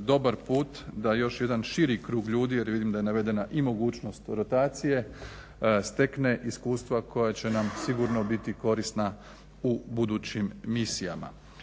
dobar put da još jedan širi krug ljudi, jer vidim da je navedena i mogućnost rotacije, stekne iskustva koja će nam sigurno biti korisna u budućim misijama.